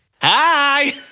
Hi